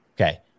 Okay